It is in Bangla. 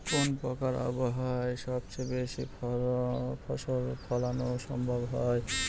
কোন প্রকার আবহাওয়ায় সবচেয়ে বেশি ফসল ফলানো সম্ভব হয়?